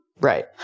Right